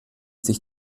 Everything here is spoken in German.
sich